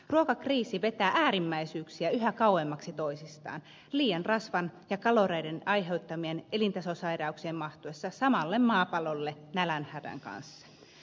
ruokakriisi vetää äärimmäisyyksiä yhä kauemmaksi toisistaan liian rasvan ja kaloreiden aiheuttamien elintasosairauksien mahtuessa samalle maapallolle nälänhädän kanssa